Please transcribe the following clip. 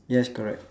yes correct